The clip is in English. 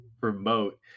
remote